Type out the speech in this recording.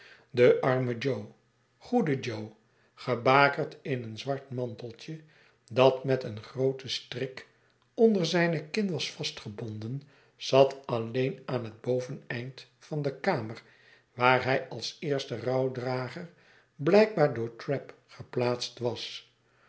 de arme goede jo gebakerd in een zwart manteltje dat met een grooten strik onder zijne kin was vastgebonden zat alleen aan het boveneind van de kamer waar hij als eerste rouwdrager blijkbaar door trabb geplaatst was